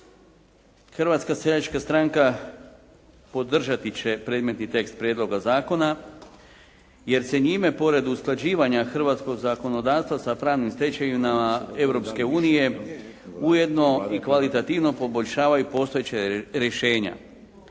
Hrvatska seljačka stranka podržati će predmetni tekst prijedloga zakona jer se njime pored usklađivanja hrvatskog zakonodavstva sa pravnim stečevinama Europske unije ujedno i kvalitativno poboljšavaju postojeća rješenja,